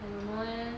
I don't know eh